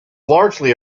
largely